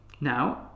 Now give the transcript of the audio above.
now